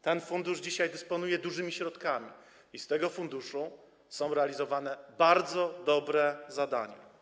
Ten fundusz dzisiaj dysponuje dużymi środkami i z jego środków są realizowane bardzo dobre zadania.